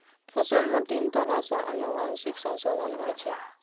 फसल मे तीन तरह सं आनुवंशिक संशोधन होइ छै